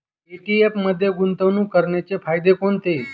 ETF मध्ये गुंतवणूक करण्याचे फायदे कोणते?